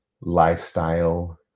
lifestyle